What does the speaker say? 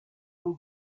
who